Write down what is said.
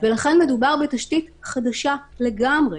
ולכן מדובר בתשתית חדשה לגמרי.